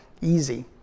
easy